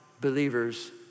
believers